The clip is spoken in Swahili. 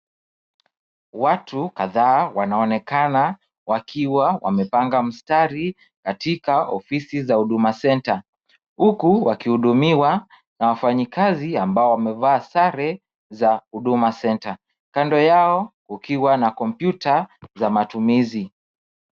Watu kadhaa wanaonekana wakiwa wamepanga mstari katika ofisi za Huduma Center huku wakihudumiwa na wafanyikazi ambao wamevaa sare za Huduma Center. Kando yao kukiwa na kompyuta za matumizi.